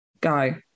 Go